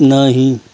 नहीं